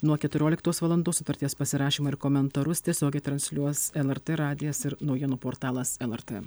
nuo keturioliktos valandos sutarties pasirašymą ir komentarus tiesiogiai transliuos lrt radijas ir naujienų portalas lrt